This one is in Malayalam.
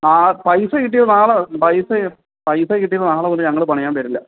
ആ പൈസ കിട്ടിയോ നാളെ പൈസ പൈസ കിട്ടി നാളെ മുതൽ ഞങ്ങൾ പണിയാന് വരില്ല